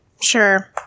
Sure